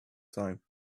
time